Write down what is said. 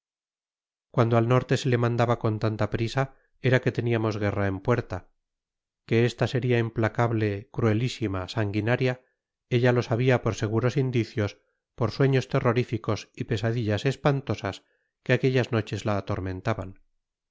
cuando al norte se le mandaba con tanta prisa era que teníamos guerra en puerta que esta sería implacable cruelísima sanguinaria ella lo sabía por seguros indicios por sueños terroríficos y pesadillas espantosas que aquellas noches la atormentaban